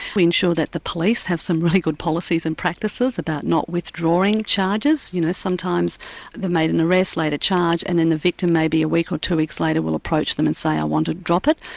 we ensure that the police have some really good policies and practices about not withdrawing charges. you know, sometimes they've made an arrest, later charged, and then the victim, maybe a week, ah two weeks later, will approach them and say, i want to drop it,